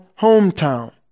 hometown